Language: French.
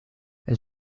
elle